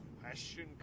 question